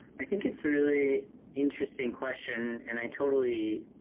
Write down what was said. i think it's a really interesting question and i totally